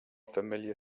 familiar